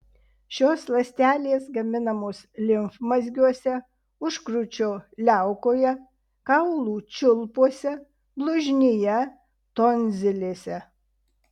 šios ląstelės gaminamos limfmazgiuose užkrūčio liaukoje kaulų čiulpuose blužnyje tonzilėse